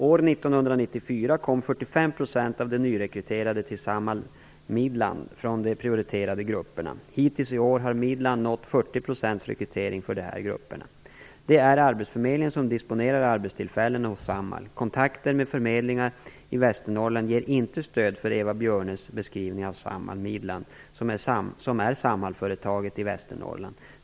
År 1994 kom 45 % av de nyrekryterade till Samhall Midland från de prioriterade grupperna. Hittills i år har Midland nått 40 % rekrytering i fråga om de här grupperna. Det är arbetsförmedlingen som disponerar arbetstillfällena hos Samhall. Kontakter med förmedlingar i Västernorrland ger inte stöd för Eva Björnes beskrivning av Samhall Midland, som är Samhallföretaget i Västernorrland.